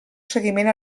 seguiment